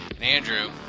Andrew